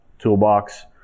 Toolbox